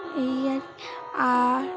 এই আর আর